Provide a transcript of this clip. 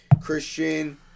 Christian